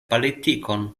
politikon